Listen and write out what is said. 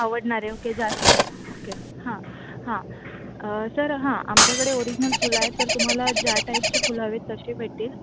आवडणारे ओके जास्वंद ओके हां हां सर हां आमच्याकडे ओरीजनल फुलं आहे तर तुम्हाला ज्या टाइपचे फुलं हवे आहेत तसे भेटतील